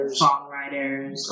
songwriters